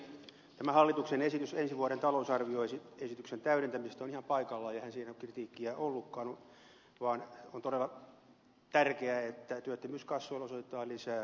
tämä hallituksen esitys ensi vuoden talousarvioesityksen täydentämisestä on ihan paikallaan ja eihän siihen ole kritiikkiä ollutkaan vaan on todella tärkeää että työttömyyskassoille osoitetaan lisää rahaa